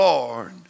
Lord